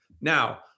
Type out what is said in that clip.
Now